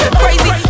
crazy